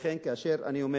לכן אני אומר,